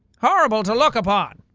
horrible to look upon.